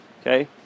Okay